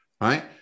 right